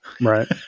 Right